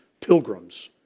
pilgrims